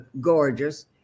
gorgeous